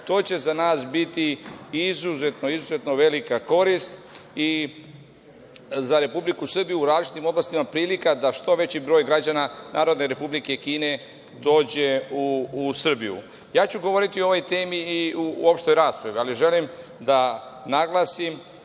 To će za nas biti izuzetno, izuzetno velika korist i za Republiku Srbiju, u različitim oblastima prilika da što veći broj građana Narodne Republike Kine dođe u Srbiju. Govoriću o ovoj temi i uopšte u raspravi, ali želim da naglasim,